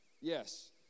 Yes